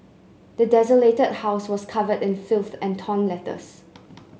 the desolated house was covered in filth and torn letters